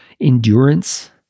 endurance